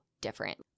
different